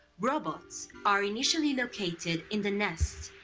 robots are initially located in the nest.